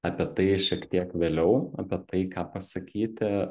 apie tai šiek tiek vėliau apie tai ką pasakyti